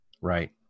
Right